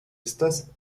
estas